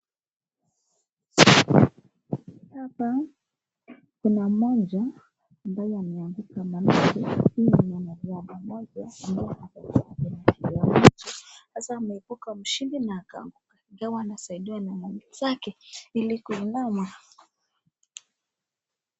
Hapa kuna mmoja ambaye ameanguka maanake huyu ni mwanrisdha mmoja ambaye... (Kilele )Sasa amehepuka mshindi sasa anasaidiwa na wenzake ili kuinama..